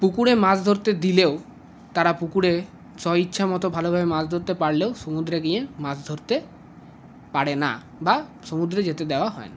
পুকুরে মাছ ধরতে দিলেও তারা পুকুরে স্বেচ্ছা মতো ভালোভাবে মাছ ধরতে পারলেও সমুদ্রে গিয়ে মাছ ধরতে পারে না বা সমুদ্রে যেতে দেওয়া হয় না